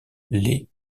les